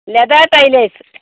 Latha Taylor's